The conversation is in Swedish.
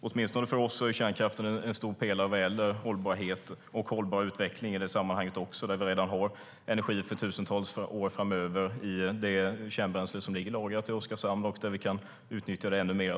Åtminstone för oss är kärnkraften en stor pelare vad gäller hållbarhet och hållbar utveckling i sammanhanget. Sverige har redan energi för tusentals år framöver i det kärnbränsle som ligger lagrat i Oskarshamn, och vi kan utnyttja det ännu mer.